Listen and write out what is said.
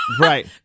Right